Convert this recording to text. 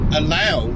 Allow